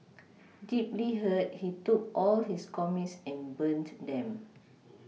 deeply hurt he took all his comics and burnt them